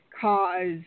cause